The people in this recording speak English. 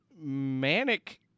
manic